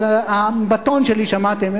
אבל בטון שלי שמעתם,